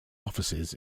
offices